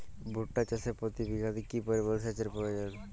ভুট্টা চাষে প্রতি বিঘাতে কি পরিমান সেচের প্রয়োজন?